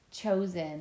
chosen